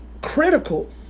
critical